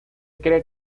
cree